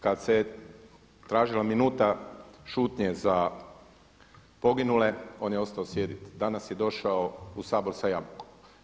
Kada se tražila minuta šutnje za poginule on je ostao sjediti, danas je došao u Sabor sa jabukom.